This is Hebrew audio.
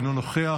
אינו נוכח,